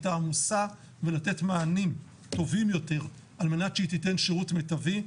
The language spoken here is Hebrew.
העמוסה ולתת מענים טובים יותר על מנת שהיא תיתן שירות מיטבי.